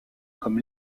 comme